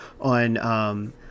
on